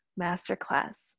masterclass